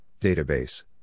Database